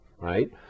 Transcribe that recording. right